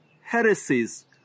heresies